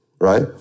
right